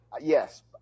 yes